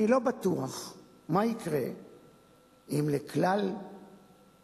אני לא בטוח מה יקרה אם ייתנו לכלל 47,000